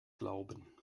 glauben